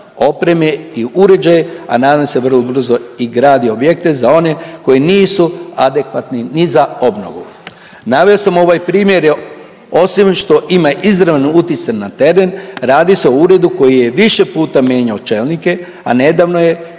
opremi i …, a nadam se vrlo brzo i gradi objekte za one koji nisu adekvatni ni za obnovu. Naveo sam ovaj primjer osim što ima izravno uticaj na … radi se o uredu koji je više puta menjao čelnike, a nedavno je pripojen